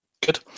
Good